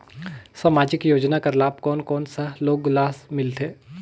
समाजिक योजना कर लाभ कोन कोन सा लोग ला मिलथे?